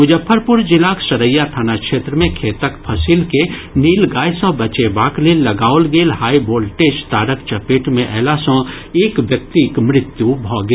मुजफ्फरपुर जिलाक सरैया थाना क्षेत्र मे खेतक फसिल के नीलगाय सँ बचेबाक लेल लगाओल गेल हाई वोल्टेज तारक चपेट मे अयला सँ एक व्यक्तिक मृत्यु भऽ गेल